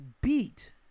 beat